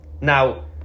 Now